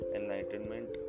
enlightenment